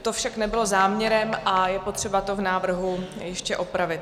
To však nebylo záměrem a je potřeba to v návrhu ještě opravit.